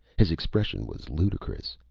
his expression was ludicrous.